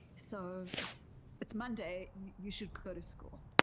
so it's monday, you should go to school.